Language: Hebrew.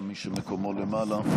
גם מי שמקומו למעלה.